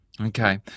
Okay